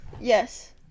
Yes